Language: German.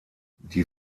die